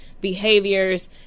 behaviors